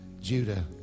Judah